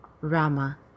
Rama